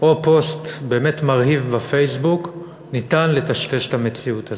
או פוסט באמת מרהיב בפייסבוק ניתן לטשטש את המציאות הזאת.